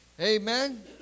Amen